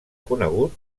conegut